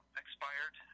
expired